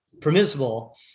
permissible